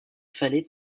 fallait